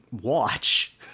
watch